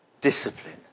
discipline